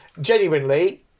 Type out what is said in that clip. Genuinely